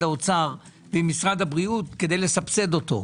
האוצר ועם משרד הבריאות כדי לסבסד אותו.